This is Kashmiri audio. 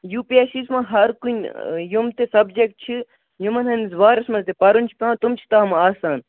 یوٗ پی ایس سی ایس منٛز ہَر کُنہِ یِم تہِ سَبجکٹ چھِ یِمن ہٕنٛدِ بارس منٛز تہِ پَرُن چھُ پٮیٚوان تِم چھِ تَتھ منٛز آسان